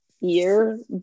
year